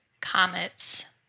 comets